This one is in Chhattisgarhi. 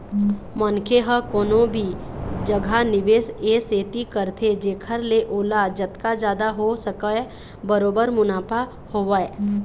मनखे ह कोनो भी जघा निवेस ए सेती करथे जेखर ले ओला जतका जादा हो सकय बरोबर मुनाफा होवय